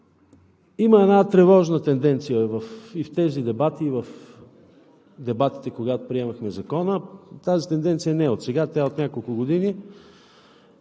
Има една тревожна тенденция – и в тези дебати, и в дебатите, когато приемахме Закона. Тази тенденция не е отсега, от няколко години